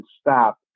stop